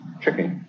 tricky